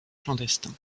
clandestins